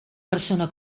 persona